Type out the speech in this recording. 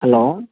hello